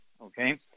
Okay